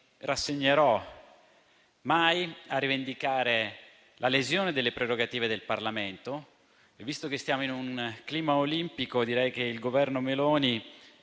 rassegnerò mai a rivendicare la lesione delle prerogative del Parlamento. Visto che stiamo in un clima olimpico, direi che il Governo Meloni